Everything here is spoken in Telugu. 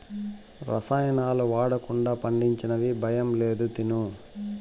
రసాయనాలు వాడకుండా పండించినవి భయం లేదు తిను